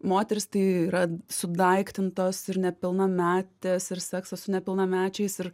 moterys tai yra sudaiktintos ir nepilnametės ir seksas su nepilnamečiais ir